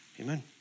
Amen